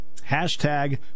Hashtag